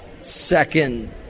second